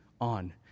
on